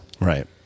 Right